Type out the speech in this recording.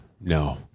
no